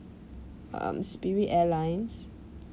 um spirit airlines